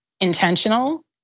intentional